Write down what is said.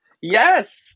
Yes